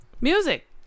Music